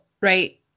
right